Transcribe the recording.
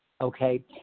Okay